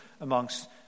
amongst